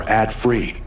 ad-free